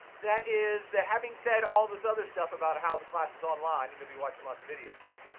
that is that having said all this other stuff about how the class is online and you'll be watching lots of videos of me,